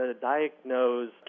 diagnose